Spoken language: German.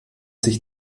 sich